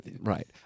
Right